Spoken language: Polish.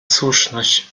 słuszność